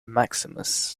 maximus